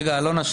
רגע, אלונה.